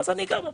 אני גר ברעננה.